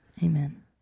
Amen